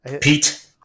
Pete